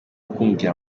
kumbwira